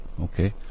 okay